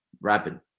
rapid